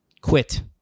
Quit